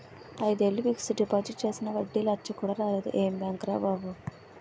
ఐదేళ్ళు fixed deposit చేసినా వడ్డీ లచ్చ కూడా రాలేదు ఏం బాంకురా బాబూ